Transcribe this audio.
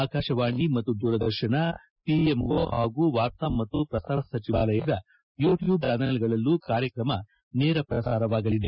ಆಕಾಶವಾಣಿ ಹಾಗೂ ದೂರದರ್ಶನ ಪಿಎಂಒ ಹಾಗೂ ವಾರ್ತಾ ಮತ್ತು ಪ್ರಸಾರ ಸಚಿವಾಲಯದ ಯೂಟ್ಯೂಬ್ ಚಾನಲ್ಗಳಲ್ಲೂ ಕಾರ್ಯಕ್ರಮ ನೇರ ವ್ರಸಾರವಾಗಲಿದೆ